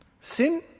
Sin